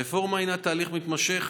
הרפורמה הינה תהליך מתמשך,